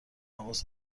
حواست